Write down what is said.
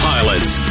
Pilots